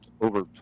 over